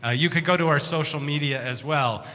ah you can go to our social media as well,